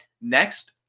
next